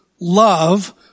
love